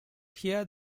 hear